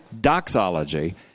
doxology